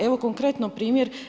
Evo, konkretno primjer.